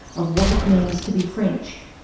of what it means to be french.